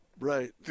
Right